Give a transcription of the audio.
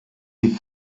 die